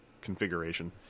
configuration